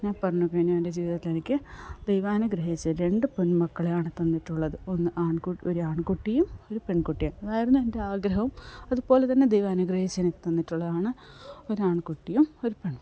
ഞാൻ പറഞ്ഞ പോലെ തന്നെ എൻ്റെ ജീവിതത്തിൽ എനിക്ക് ദൈവം അനുഗ്രഹിച്ച് രണ്ട് പൊന്മക്കളെയാണ് തന്നിട്ടുള്ളത് ഒന്ന് ഒരാൺകുട്ടി ഒരു പെൺകുട്ടിയും അതായിരുന്നു എൻ്റെ ആഗ്രഹവും അതു പോലെ തന്നെ ദൈവം അനുഗ്രഹിച്ചെനിക്ക് തന്നിട്ടുള്ളതാണ് ഒരാൺകുട്ടിയും ഒരു പെൺകുട്ടിയും